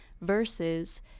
versus